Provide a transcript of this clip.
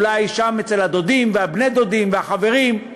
ואולי שם, אצל הדודים והבני-דודים והחברים.